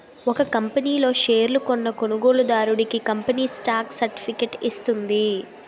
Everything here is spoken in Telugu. ఒక కంపనీ లో షేర్లు కొన్న కొనుగోలుదారుడికి కంపెనీ స్టాక్ సర్టిఫికేట్ ఇస్తుంది